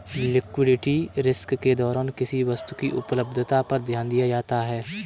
liquidity risk के दौरान किसी वस्तु की उपलब्धता पर ध्यान दिया जाता है